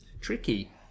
Tricky